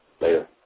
Later